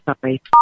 sorry